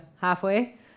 halfway